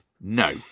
No